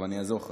שתי בנות.